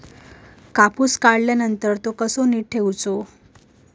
कापूस काढल्यानंतर तो कसो नीट ठेवूचो?